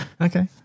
Okay